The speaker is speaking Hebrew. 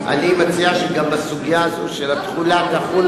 אני מציע שגם בסוגיה הזאת של התחולה תחול,